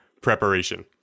preparation